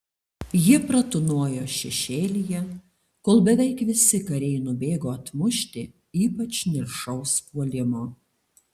jie pratūnojo šešėlyje kol beveik visi kariai nubėgo atmušti ypač niršaus puolimo